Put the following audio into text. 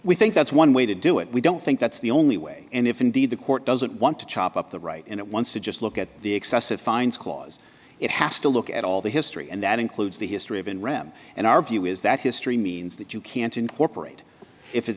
we think that's one way to do it we don't think that's the only way and if indeed the court doesn't want to chop up the right and it wants to just look at the excessive fines clause it has to look at all the history and that includes the history of in ram and our view is that history means that you can't incorporate if